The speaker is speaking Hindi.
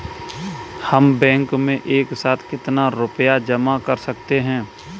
हम बैंक में एक साथ कितना रुपया जमा कर सकते हैं?